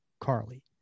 Carly